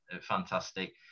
Fantastic